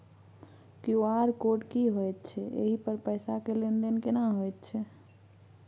QR code की होयत छै एहि पर पैसा के लेन देन केना होयत छै?